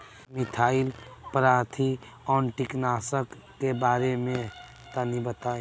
Methyl parathion कीटनाशक के बारे में तनि बताई?